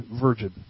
virgin